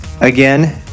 Again